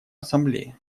ассамблее